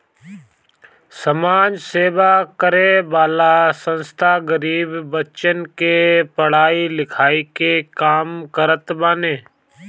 समाज सेवा करे वाला संस्था गरीब बच्चन के पढ़ाई लिखाई के काम करत बाने